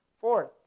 Fourth